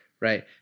Right